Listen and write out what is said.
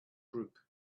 group